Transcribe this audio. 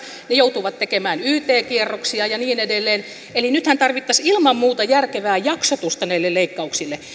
ne joutuvat tekemään yt kierroksia ja niin edelleen eli nythän tarvittaisiin ilman muuta järkevää jaksotusta näille leikkauksille